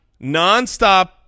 nonstop